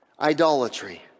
idolatry